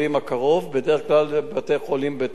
בדרך כלל אלה בתי-חולים במרכז הארץ.